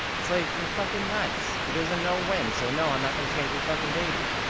it's like, you're fucking nuts. there is a no win. so no, i'm not gonna change your fucking baby.